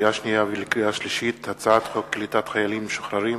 לקריאה שנייה ולקריאה שלישית: הצעת חוק קליטת חיילים משוחררים